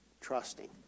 trusting